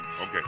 Okay